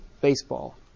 baseball